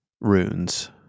runes